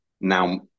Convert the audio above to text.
now